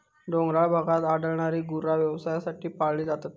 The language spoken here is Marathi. डोंगराळ भागात आढळणारी गुरा व्यवसायासाठी पाळली जातात